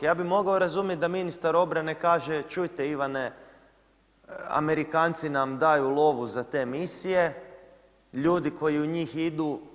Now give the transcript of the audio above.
Ja bi mogao razumjeti da ministar obrane kaže, čujte Ivane, Amerikanci nam daju lovu za te misije, ljudi koji u njih idu.